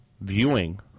viewing